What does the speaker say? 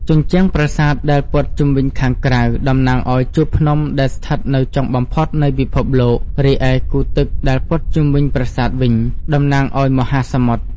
ជញ្ជាំងប្រាសាទដែលព័ទ្ធជុំវិញខាងក្រៅ តំណាងឲ្យជួរភ្នំដែលស្ថិតនៅចុងបំផុតនៃពិភពលោក រីឯគូទឹកដែលព័ទ្ធជុំវិញប្រាសាទវិញ តំណាងឲ្យមហាសមុទ្រ។